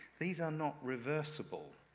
these are not reversible.